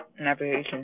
navigation